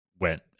went